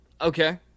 Okay